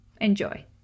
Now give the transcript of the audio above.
Enjoy